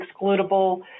excludable